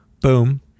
boom